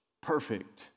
perfect